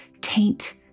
taint